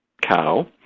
cow